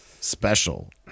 special